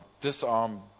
disarmed